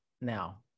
now